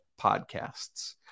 podcasts